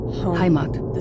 Heimat